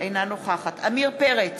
אינה נוכחת עמיר פרץ,